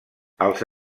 els